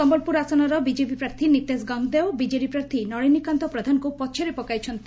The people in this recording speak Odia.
ସମ୍ୟଲପୁର ଆସନର ବିଜେପି ପ୍ରାର୍ଥୀ ନିତେଶ ଗଙ୍ଗଦେଓ ବିଜେଡି ପ୍ରାର୍ଥୀ ନଳୀନକାନ୍ତ ପ୍ରଧାନଙ୍କୁ ପଛରେ ପକାଇଛନ୍ତି